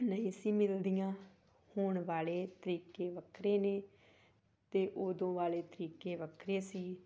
ਨਹੀਂ ਸੀ ਮਿਲਦੀਆਂ ਹੁਣ ਵਾਲੇ ਤਰੀਕੇ ਵੱਖਰੇ ਨੇ ਅਤੇ ਉਦੋਂ ਵਾਲੇ ਤਰੀਕੇ ਵੱਖਰੇ ਸੀ